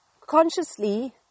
consciously